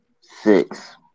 Six